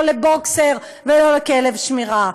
לא לבוקסר ולא לכלב שמירה.